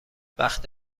وقت